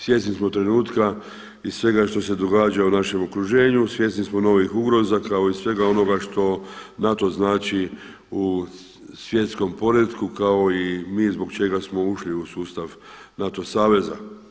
Svjesni smo trenutka i svega što se događa u našem okruženju, svjesni smo novih ugroza kao i svega onoga što NATO znači u svjetskom poretku kao i mi zbog čega smo ušli u sustav NATO saveza.